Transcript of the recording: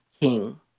king